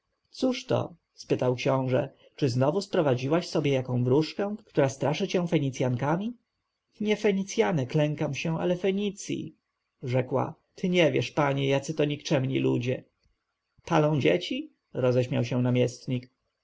to spytał książę czy znowu sprowadziłaś sobie jaką wróżkę która straszy cię fenicjankami nie fenicjanek lękam się ale fenicji rzekła o ty nie wiesz panie jacy to nikczemni ludzie palą dzieci roześmiał się namiestnik